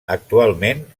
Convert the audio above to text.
actualment